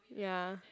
ya